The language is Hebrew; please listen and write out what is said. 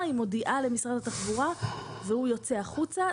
היא מודיעה למשרד התחבורה והוא יוצא החוצה.